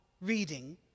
reading